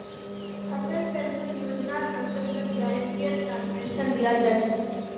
Atal pension योजनार अन्तर्गत गारंटीर साथ पेन्शन दीयाल जा छेक